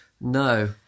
No